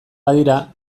badira